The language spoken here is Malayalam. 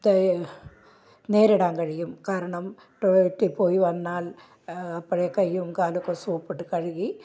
ത നേരിടാൻ കഴിയും കാരണം ടോയിലെറ്റിൽ പോയി വന്നാൽ അപ്പഴെ കൈയ്യും കാലും ഒക്കെ സോപ്പിട്ട് കഴുകി